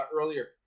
earlier